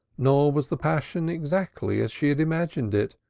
nor was the passion exactly as she had imagined it